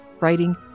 writing